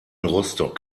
rostock